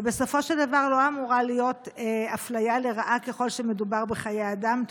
ובסופו של דבר לא אמורה להיות אפליה לרעה ככל שמדובר בחיי אדם.